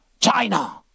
China